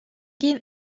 گین